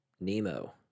Nemo